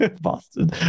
Boston